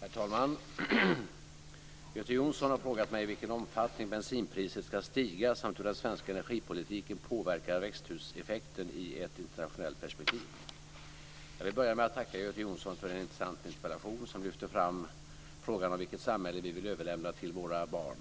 Herr talman! Göte Jonsson har frågat mig i vilken omfattning bensinpriset ska stiga samt hur den svenska energipolitiken påverkar växthuseffekten i ett internationellt perspektiv. Jag vill börja med att tacka Göte Jonsson för en intressant interpellation som lyfter fram frågan om vilket samhälle vi vill överlämna till våra barn.